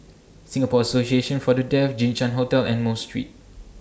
Singapore Association For The Deaf Jinshan Hotel and Mosque Street